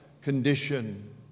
condition